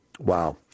Wow